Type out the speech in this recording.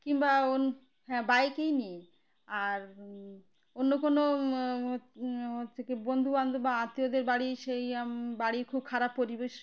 কিংবা অন হ্যাঁ বাইকই নিই আর অন্য কোনো হচ্ছে কি বন্ধুবান্ধব বা আত্মীয়দের বাড়ি সেই বাড়ির খুব খারাপ পরিবেশ